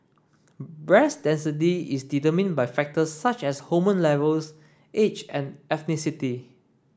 breast density is determined by factors such as hormone levels age and ethnicity